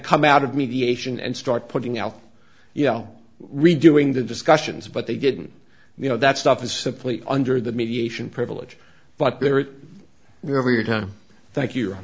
come out of mediation and start putting out you know redoing the discussions but they didn't you know that stuff is simply under the mediation privilege but there is really a time thank you